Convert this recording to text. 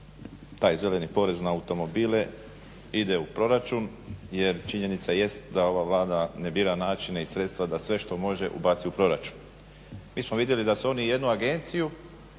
taj zeleni porez na automobile ide u proračun jer činjenica jest da ova Vlada ne bira načine i sredstva da sve što može ubaci u proračun. Mi smo vidjeli da su oni jednu agenciju